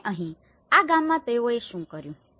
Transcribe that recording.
અને અહીં આ ગામમાં તેઓએ શુ કર્યુ